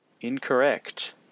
Incorrect